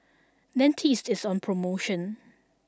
dentiste is on promotion